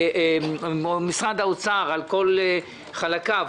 אנשי משרד האוצר על כל חלקיו,